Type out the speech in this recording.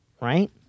Right